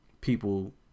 people